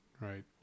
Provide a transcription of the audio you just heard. right